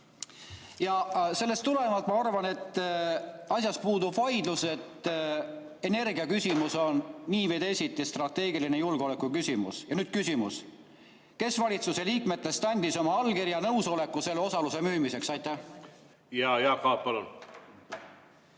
Sellest tulenevalt ma arvan, et asjas puudub vaidlus, energiaküsimus on nii või teisiti strateegiline julgeolekuküsimus. Ja nüüd küsimus: kes valitsuse liikmetest andis oma allkirja nõusolekuks see osalus müüa? Jaak Aab, palun!